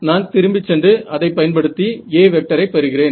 நான் திரும்பிச் சென்று அதை பயன்படுத்தி Aஐ பெறுகிறேன்